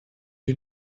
you